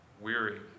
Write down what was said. weary